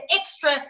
extra